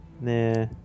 Nah